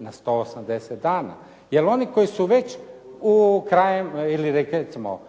na 180 dana. Jer oni koji su već krajem ili recimo